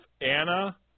Anna